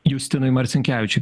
justinui marcinkevičiui